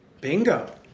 Bingo